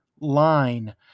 line